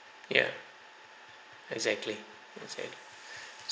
ya exactly exactly